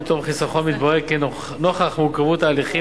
ביטוח וחיסכון התברר כי נוכח מורכבות ההליכים